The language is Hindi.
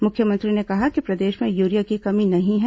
मुख्यमंत्री ने कहा कि प्रदेश में यूरिया की कमी नहीं है